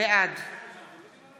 בעד